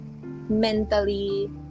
mentally